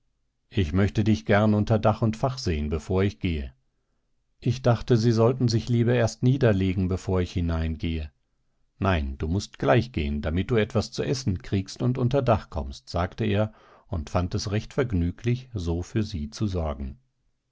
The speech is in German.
ich möchte dich gern unter dach und fach sehen bevor ich gehe ich dachte sie sollten sich lieber erst niederlegen bevor ich hineingehe nein du mußt gleich gehen damit du etwas zu essen kriegst und unter dach kommst sagte er und fand es recht vergnüglich so für sie zu sorgen